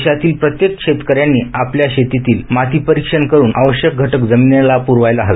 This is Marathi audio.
देशातील प्रत्येक शेतकऱ्यांनी आपल्या शेतीतील माती परीक्षण करून आवश्यक घटक जमिनीला प्रवायला हवे